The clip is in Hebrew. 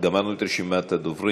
גמרנו את רשימת הדוברים.